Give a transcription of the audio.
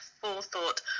forethought